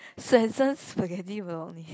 Swensen's spaghetti bolognese